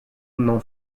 n’en